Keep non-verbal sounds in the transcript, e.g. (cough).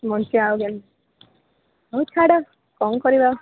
ବଞ୍ଚିବା ଆଉ (unintelligible) ହଉ ଛାଡ଼ କ'ଣ କରିବା